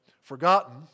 forgotten